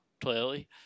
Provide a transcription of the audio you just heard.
clearly